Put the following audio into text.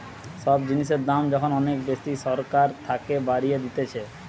সব জিনিসের দাম যখন অনেক বেশি সরকার থাকে বাড়িয়ে দিতেছে